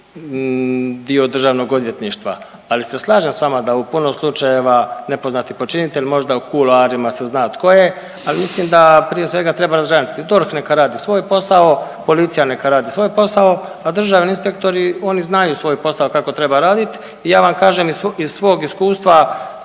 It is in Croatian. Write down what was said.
dio državnog odvjetništva, ali se slažem s vama da u puno slučajeva nepoznati počinitelj možda u kuloarima se zna tko je, al mislim da prije svega treba …/Govornik se ne razumije/…DORH neka radi svoj posao, policija neka radi svoj posao, a državni inspektori oni znaju svoj posao kako treba radit i ja vam kažem iz svog iskustva,